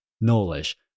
knowledge